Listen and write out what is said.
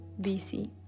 BC